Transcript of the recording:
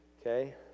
Okay